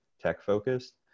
tech-focused